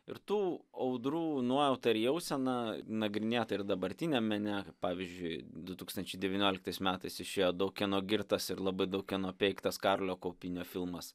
ir tų audrų nuojauta ir jausena nagrinėta ir dabartiniame ne pavyzdžiui du tūkstančiai devynioliktais metais išėjo daug kieno girtas ir labai daug kieno peiktas karolio kaupinio filmas